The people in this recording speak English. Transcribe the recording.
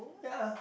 ya